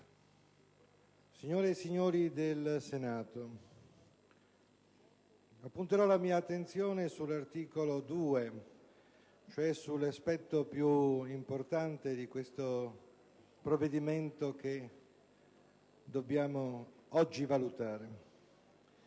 signore e signori del Senato, appunterò la mia attenzione sull'articolo 2, cioè sull'aspetto più importante del provvedimento che dobbiamo oggi valutare,